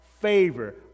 favor